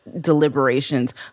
deliberations